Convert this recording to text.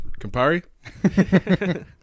Campari